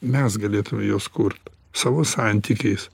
mes galėtume juos kurt savo santykiais